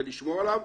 כדי לשמור עליו,